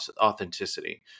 authenticity